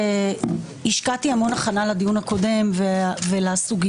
השקעתי המון הכנה לדיון הקודם ולסוגיה,